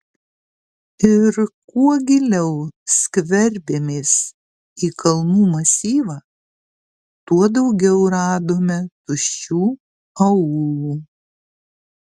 ir kuo giliau skverbėmės į kalnų masyvą tuo daugiau radome tuščių aūlų